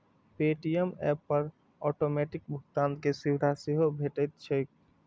Paytm app पर automatic भुगतान के सुविधा सेहो भेटैत छैक